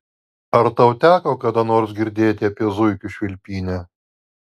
ar tau teko kada nors girdėti apie zuikių švilpynę